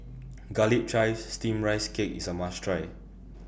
Garlic Chives Steamed Rice Cake IS A must Try